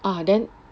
ah then